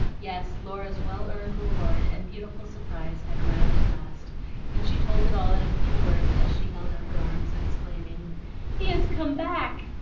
yes, laura's well-earned reward and beautiful surprise had arrived at last and she told it all in a few words as she held out her arms exclaiming he has come back!